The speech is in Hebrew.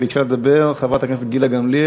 ביקשה לדבר חברת הכנסת גילה גמליאל,